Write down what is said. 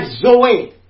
zoe